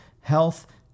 health